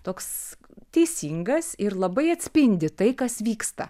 toks teisingas ir labai atspindi tai kas vyksta